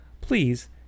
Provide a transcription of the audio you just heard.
please